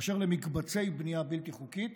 אשר למקבצי בנייה בלתי חוקית,